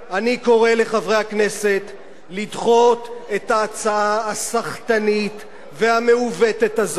אני קורא לחברי לדחות את ההצעה הסחטנית והמעוותת הזאת.